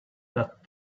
that